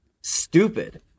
Stupid